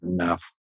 enough